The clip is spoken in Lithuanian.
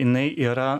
jinai yra